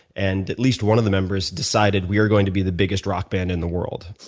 and at least one of the members decided we are going to be the biggest rock band in the world,